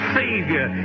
savior